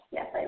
Yes